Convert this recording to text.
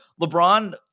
LeBron